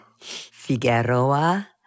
Figueroa